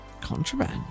Contraband